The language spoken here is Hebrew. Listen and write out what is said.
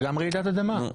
גם רעידת אדמה.